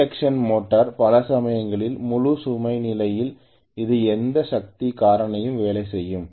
induction motor பல சமயங்களில் முழு சுமை நிலையில் இது எந்த சக்தி காரணியில் வேலை செய்யும்